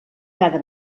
cada